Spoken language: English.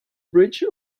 bridge